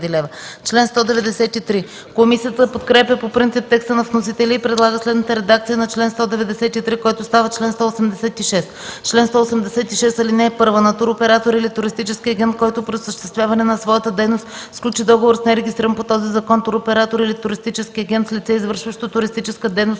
2000 лв.” Комисията подкрепя по принцип текста на вносителя и предлага следната редакция на чл. 193, който става чл. 186: „Чл. 186. (1) На туроператор или туристически агент, който при осъществяване на своята дейност сключи договор с нерегистриран по този закон туроператор или туристически агент, с лице, извършващо туристическа дейност